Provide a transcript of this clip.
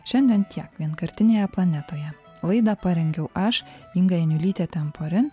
šiandien tiek vienkartinėje planetoje laidą parengiau aš inga janiulytė tamporin